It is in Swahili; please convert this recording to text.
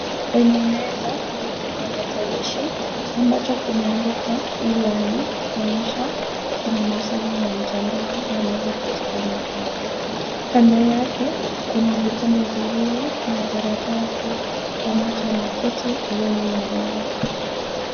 Kwenye meza, kuna kipakatalishi ambacho kimeandikwa e-learning kuonyesha kuwa kuna masomo ya mtandao yanaweza patikana hapo. Kando yake kuna vikombe viwili na karatasi pamoja na kiti iliyo nyuma ya meza.